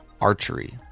archery